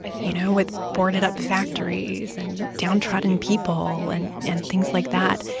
you know, with boarded-up factories and downtrodden people and and things like that,